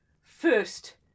first